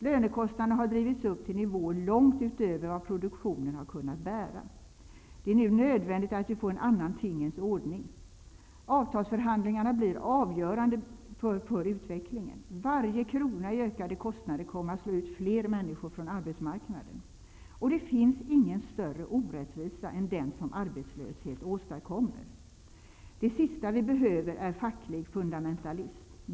Lönekostnaderna har drivits upp till nivåer långt utöver vad produktionen har kunnat bära. Det är nu nödvändigt att vi får en annan tingens ordning. Avtalsförhandlingarna blir avgörande för utvecklingen. Varje krona i ökade kostnader kommer att slå ut fler människor från arbetsmarknaden, och det finns ingen större orättvisa än den som arbetslöshet åstadkommer. Det sista vi behöver är facklig fundamentalism.